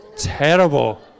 terrible